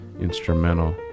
instrumental